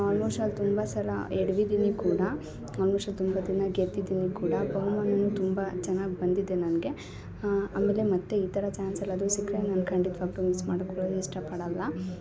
almost ಅಲ್ಲಿ ತುಂಬಾ ಸಲ ಎಡ್ವಿದ್ದೀನಿ ಕೂಡ ಆಲ್ಮೊಸ್ಟ್ ಅಲ್ಲಿ ತುಂಬ ದಿನ ಗೆದ್ದಿದೀನಿ ಕೂಡ ಬಹುಮಾನವೂ ತುಂಬ ಚೆನ್ನಾಗಿ ಬಂದಿದೆ ನನಗೆ ಆಮೇಲೆ ಮತ್ತು ಈ ಥರ ಚಾನ್ಸ್ ಎಲ್ಲ ಅದು ಸಿಕ್ಕರೆ ನಾನು ಖಂಡಿತವಾಗಿ ತುಂಬ ಮಿಸ್ ಮಾಡ್ಕೋಳಕ್ಕೆ ಇಷ್ಟಪಡಲ್ಲ